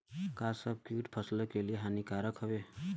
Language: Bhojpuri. का सभी कीट फसलों के लिए हानिकारक हवें?